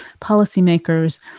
policymakers